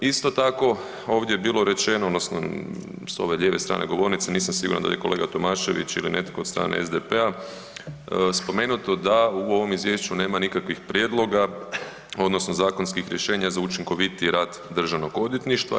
Isto tako, ovdje je bilo rečeno, odnosno s ove lijeve strane govornice, nisam siguran da li je kolega Tomašević ili netko od strane SDP-a spomenuto da u ovom Izvješću nema nikakvih prijedloga, odnosno zakonskih rješenja za učinkovitiji rad DORH-a.